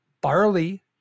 barley